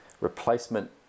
replacement